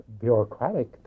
bureaucratic